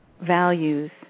values